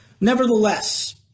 Nevertheless